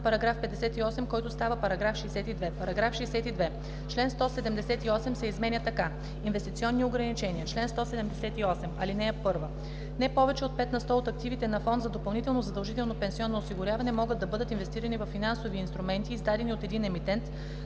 за § 58, който става § 62: „§ 62. Член 178 се изменя така: „Инвестиционни ограничения Чл. 178. (1) Не повече от 5 на сто от активите на фонд за допълнително задължително пенсионно осигуряване могат да бъдат инвестирани във финансови инструменти, издадени от един емитент,